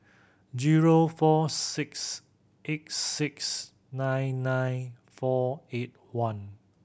zero four six eight six nine nine four eight one